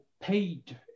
paid